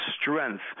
strength